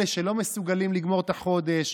אלה שלא מסוגלים לגמור את החודש,